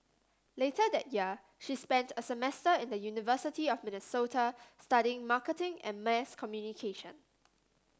later that year she spent a semester in the University of Minnesota studying marketing and mass communication